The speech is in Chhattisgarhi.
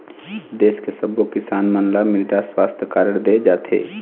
देस के सब्बो किसान मन ल मृदा सुवास्थ कारड दे जाथे